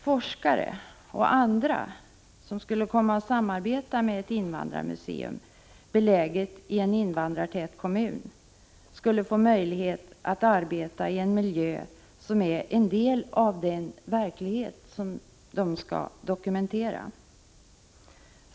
Forskare och andra som skulle komma att samarbeta med ett invandrarmuseum beläget i en invandrartät kommun skulle få möjlighet att arbeta i en miljö som är en del av den verklighet de skall dokumentera.